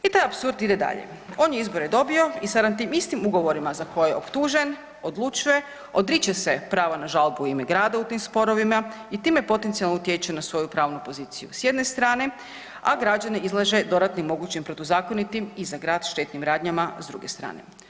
I taj apsurd ide dalje, on je izbore dobio i sad na tim istim ugovorima za koje je optužen odlučuje odriče se prava na žalbu u ime grada u tim sporovima i time potencijalno utječe na svoju pravnu poziciju s jedne strane, a građane izlaže dodatnim mogućim protuzakonitim i za grad štetnim radnjama s druge strane.